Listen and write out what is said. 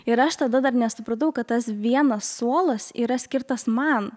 ir aš tada dar nesupratau kad tas vienas suolas yra skirtas man